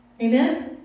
Amen